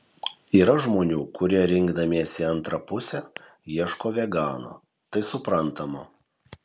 yra žmonių kurie rinkdamiesi antrą pusę ieško vegano tai suprantama